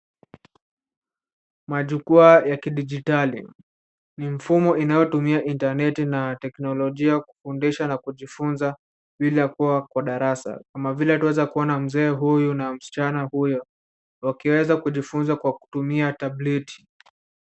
Majukwaa ya kidijitali ni mfumo inayotumia intaneti na teknolojia kufundisha na kujifunza bila kuwa kwa darasa kama vile twaweza kuona mzee huyu na msichana huyo wakiweza kujifunza kwa kutumia tableti.